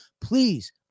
Please